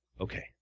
Okay